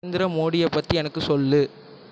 நரேந்திர மோடியை பற்றி எனக்கு சொல்